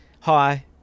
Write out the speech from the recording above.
Hi